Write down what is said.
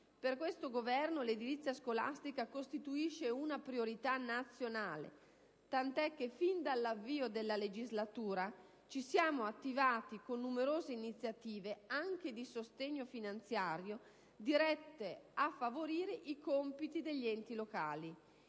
per il Governo l'edilizia scolastica costituisce una priorità nazionale, tanto che fin dall'avvio della legislatura ci siamo attivati con numerose iniziative, anche di sostegno finanziario, dirette a favorire i compiti degli enti locali.